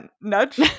nudge